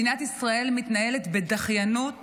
מתנהלת בדחיינות